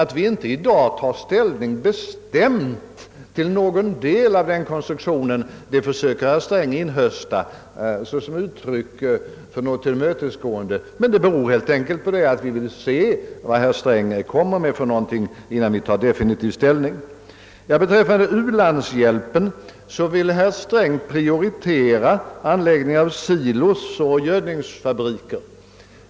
Att vi inte i dag tar bestämd ställning till någon del av den konstruktionen försöker herr Sträng tolka som ett tillmötesgående. Men vi vill helt enkelt se vad herr Sträng tänker föreslå innan vi definitivt tar ställning. Då det gäller u-landshjälpen vill herr Sträng prioritera uppförandet av silosanläggningar och konstgödningsfabriker.